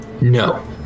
No